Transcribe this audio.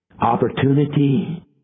Opportunity